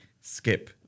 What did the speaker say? Skip